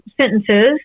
sentences